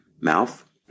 mouth